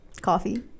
coffee